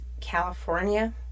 California